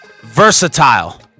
Versatile